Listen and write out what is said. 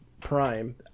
Prime